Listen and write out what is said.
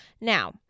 Now